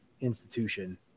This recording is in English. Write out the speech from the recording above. institution